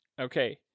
Okay